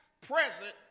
present